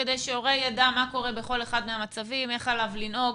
כדי שהורה ידע מה קורה בכל אחד מהמצבים ואיך עליו לנהוג,